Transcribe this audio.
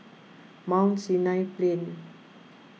Mount Sinai Plain